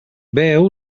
veu